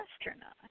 astronaut